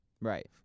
Right